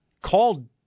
Called